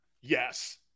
Yes